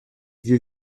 vieux